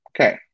Okay